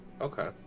Okay